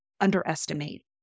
underestimate